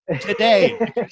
today